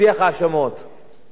צריך לנסוע עד לניו-יורק